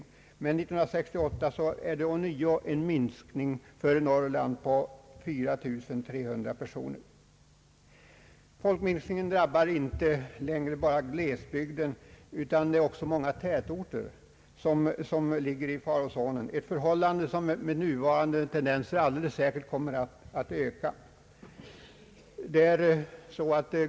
Men under år 1968 minskade på nytt folkmängden i Norrland, med 4300 personer. Folkminskningen drabbar inte längre bara glesbygden, utan många tätorter ligger också i farozonen, ett förhållande som med nuvarande tendenser alldeles säkert kommer att öka.